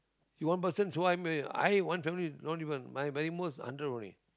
you one person so high meh I one family not even mine my most hundred only